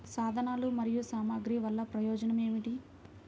సాధనాలు మరియు సామగ్రి వల్లన ప్రయోజనం ఏమిటీ?